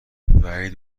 وحید